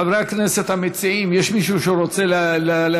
חברי הכנסת המציעים, יש מישהו שרוצה להשיב?